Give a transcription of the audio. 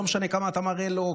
לא משנה כמה אתה מראה לו,